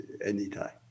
anytime